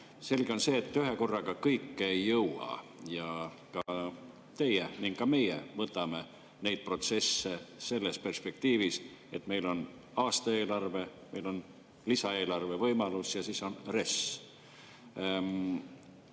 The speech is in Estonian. Selge on, et ühekorraga kõike ei jõua. Ja teie ning ka meie võtame neid protsesse selles perspektiivis, et meil on aastaeelarve, meil on lisaeelarve võimalus ja siis on RES.